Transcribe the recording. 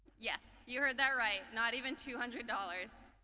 yes, you heard that right, not even two hundred dollars.